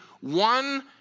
one